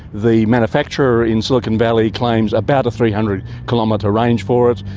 the manufacturer in silicon valley claims about a three hundred kilometre range for it,